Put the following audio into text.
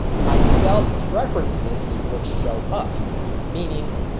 myself preferences which show up meaning